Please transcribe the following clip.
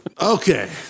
Okay